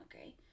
okay